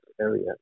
area